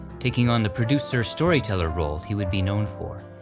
taking on the producer storyteller role he would be known for.